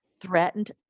threatened